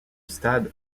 stade